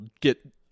get